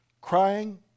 crying